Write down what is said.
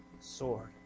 sword